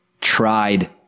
tried